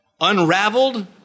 Unraveled